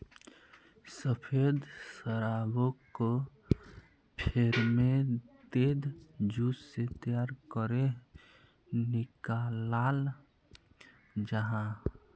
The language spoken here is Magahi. सफ़ेद शराबोक को फेर्मेंतेद जूस से तैयार करेह निक्लाल जाहा